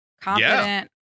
confident